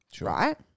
right